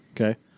okay